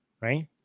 right